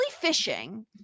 fishing